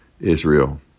Israel